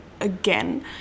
again